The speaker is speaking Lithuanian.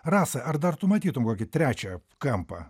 rasa ar dar tu matytum kokį trečią kampą